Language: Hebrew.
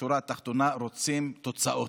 בשורה התחתונה, תוצאות.